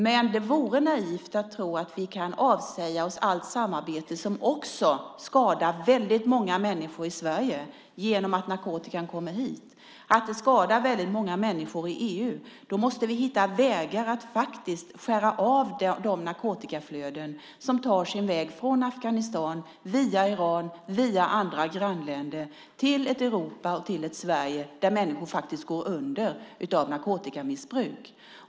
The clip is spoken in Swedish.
Men det vore naivt att tro att vi kan avsäga oss allt samarbete, därför att genom att narkotikan kommer hit skadas väldigt många människor i Sverige och skadas väldigt många människor i EU. Då måste vi hitta vägar att skära av de narkotikaflöden som tar sin väg från Afghanistan via Iran och via andra grannländer till ett Europa och till ett Sverige där människor går under av narkotikamissbruk.